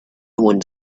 one